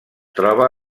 troba